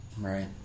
Right